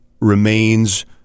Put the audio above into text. remains